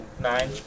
Nine